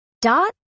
Dot